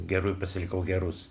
gerųjų pasilikau gerus